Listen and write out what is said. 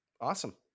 Awesome